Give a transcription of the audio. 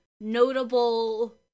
notable